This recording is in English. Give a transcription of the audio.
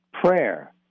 prayer